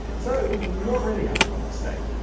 so what really happened on this day?